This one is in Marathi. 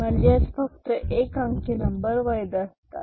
म्हणजेच फक्त एक अंकी नंबर वैध असतात